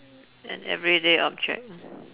an everyday object